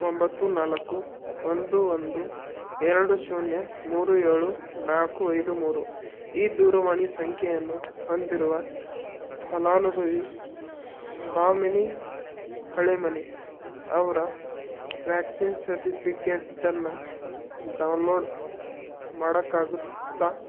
ಒಂಬತ್ತು ನಾಲ್ಕು ಒಂದು ಒಂದು ಎರಡು ಶೂನ್ಯ ಮೂರು ಏಳು ನಾಲ್ಕು ಐದು ಮೂರು ಈ ದೂರವಾಣಿ ಸಂಖ್ಯೆಯನ್ನು ಹೊಂದಿರುವ ಫಲಾನುಭವಿ ಭಾಮಿನಿ ಹಳೆಮನಿ ಅವರ ವ್ಯಾಕ್ಸಿನ್ ಸರ್ಟಿಫಿಕೇಟನ್ನು ಡೌನ್ಲೋಡ್ ಮಾಡೋಕ್ಕಾಗುತ್ತಾ